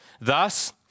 thus